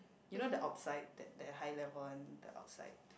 you know the outside that that high level one the outside